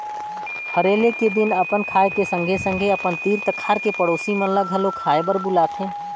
हरेली के दिन अपन खाए के संघे संघे अपन तीर तखार के पड़ोसी मन ल घलो खाए बर बुलाथें